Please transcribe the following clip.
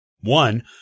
One